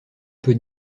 peut